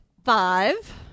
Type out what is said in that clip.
five